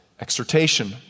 exhortation